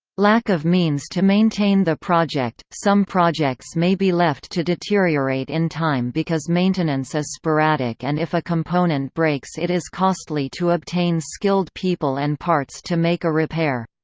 lack of means to maintain the project some projects may be left to deteriorate in time because maintenance is sporadic and if a component breaks it is costly to obtain skilled people and parts to make a repair.